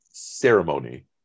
ceremony